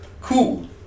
Cool